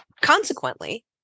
consequently